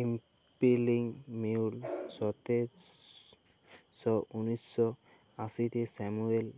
spinning mule সতের শ উনআশিতে স্যামুয়েল